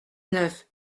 neuf